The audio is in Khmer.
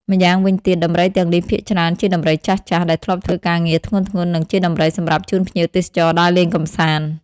ម្យ៉ងវិញទៀតដំរីទាំងនេះភាគច្រើនជាដំរីចាស់ៗ ដែលធ្លាប់ធ្វើការងារធ្ងន់ៗ និងជាដំរីសម្រាប់ជូនភ្ញៀវទេសចរដើរលេងកម្សាន្ត។